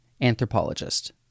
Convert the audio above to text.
anthropologist